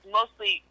mostly